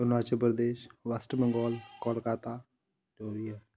Arunachal Pradesh west Bengal Kolkata जो बी ऐ